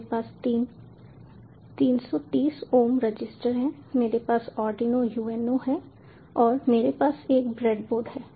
मेरे पास तीन 330 ओम रजिस्टर हैं मेरे पास आर्डिनो UNO है और मेरे पास एक ब्रेड बोर्ड है